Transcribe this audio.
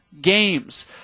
games